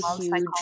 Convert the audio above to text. huge